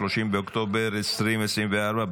30 באוקטובר 2024,